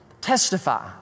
testify